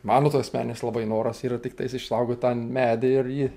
mano tai asmeninis labai noras yra tiktais išsaugot tą medį ir jį